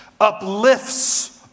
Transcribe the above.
uplifts